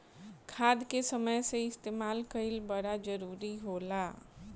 खाद के समय से इस्तेमाल कइल बड़ा जरूरी होला